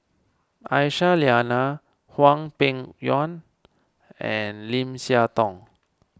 Aisyah Lyana Hwang Peng Yuan and Lim Siah Tong